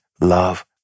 love